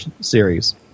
series